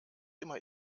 immer